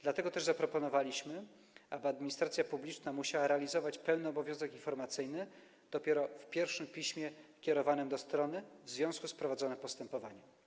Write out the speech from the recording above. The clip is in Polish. Dlatego też zaproponowaliśmy, aby administracja publiczna musiała realizować pełny obowiązek informacyjny dopiero w pierwszym piśmie kierowanym do strony w związku z prowadzonym postępowaniem.